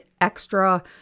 extra